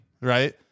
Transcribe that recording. right